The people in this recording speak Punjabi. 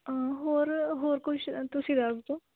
ਹੋਰ ਹੋਰ ਕੁਛ ਤੁਸੀਂ ਦੱਸ ਦਿਓ